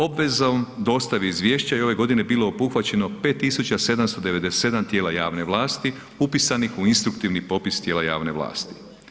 Obvezom dostavi izvješće je ove godine bilo obuhvaćeno 5 797 tijela javne vlasti upisanih u instuktivni popis tijela javne vlasti.